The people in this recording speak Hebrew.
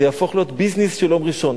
זה יהפוך להיות ביזנס של יום ראשון.